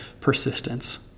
persistence